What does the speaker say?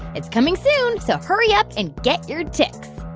it's coming soon, so hurry up and get your tix.